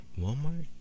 Walmart